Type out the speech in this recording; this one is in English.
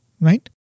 right